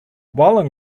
while